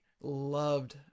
loved